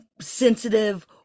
sensitive